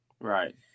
Right